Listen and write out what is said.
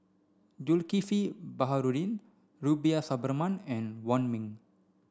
Zulkifli Baharudin Rubiah Suparman and Wong Ming